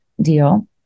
deal